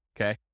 Okay